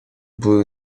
blew